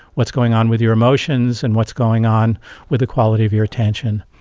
what's going on with your emotions and what's going on with the quality of your attention.